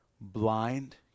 blind